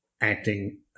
acting